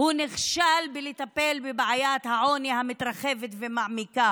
הוא נכשל בטיפול בבעיית העוני המתרחבת ומעמיקה